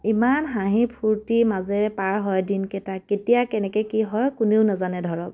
ইমান হাঁহি ফূৰ্তি মাজেৰে পাৰ হয় দিনকেইটা কেতিয়া কেনেকে কি হয় কোনেও নাজানে ধৰক